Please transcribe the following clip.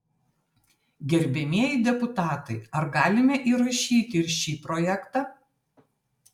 gerbiamieji deputatai ar galime įrašyti ir šį projektą